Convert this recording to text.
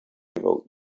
wrote